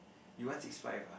you went six five ah